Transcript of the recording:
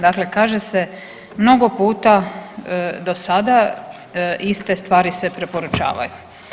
Dakle kaže se mnogo puta do sada, iste stvari se preporučavaju.